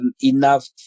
enough